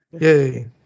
Yay